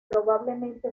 probablemente